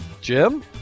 Jim